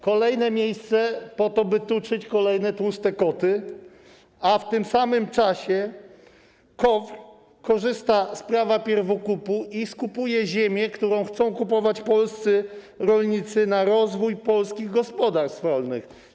Kolejne miejsce po to, by tuczyć kolejne tłuste koty, a w tym samym czasie KOWR korzysta z prawa pierwokupu i skupuje ziemię, którą chcą kupować polscy rolnicy z przeznaczeniem na rozwój polskich gospodarstw rolnych.